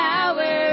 Power